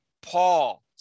Paul